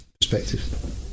perspective